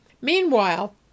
Meanwhile